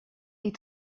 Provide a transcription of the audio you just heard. des